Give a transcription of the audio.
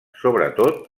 sobretot